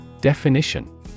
Definition